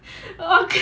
okay